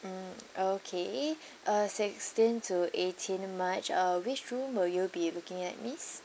mm okay uh sixteen to eighteen march uh which room will you be looking at miss